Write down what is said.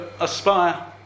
aspire